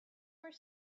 were